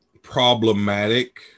problematic